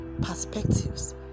perspectives